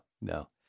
no